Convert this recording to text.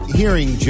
hearing